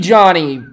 Johnny